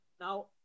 Now